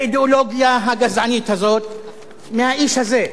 מהאיש הזה.